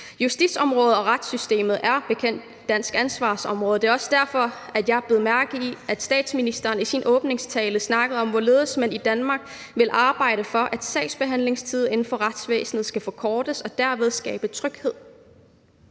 Justitsområdet og retssystemet er som bekendt dansk ansvarsområde, og det er også derfor, at jeg bed mærke i, at statsministeren i sin åbningstale snakkede om, hvorledes man i Danmark vil arbejde for, at sagsbehandlingstiden inden for retsvæsenet skal forkortes og derved skabe tryghed.